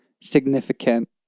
significant